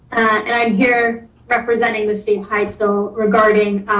and i'm here representing the state hyattsville regarding